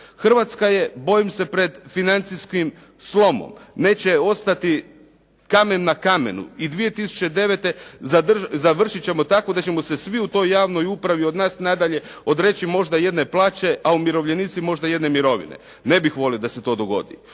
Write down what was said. Hrvatska je bojim se pred financijskim slomom, neće ostati kamen na kamenu i 2009. završit ćemo tako da ćemo se svi u toj javnoj upravi od nas nadalje odreći možda jedne plaće a umirovljenici možda jedne mirovine. Ne bih volio da se to dogodi.